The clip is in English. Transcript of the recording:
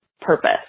purpose